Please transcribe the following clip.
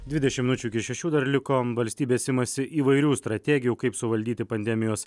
dvidešim minučių iki šešių dar liko valstybės imasi įvairių strategijų kaip suvaldyti pandemijos